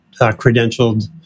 credentialed